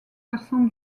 versant